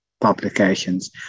publications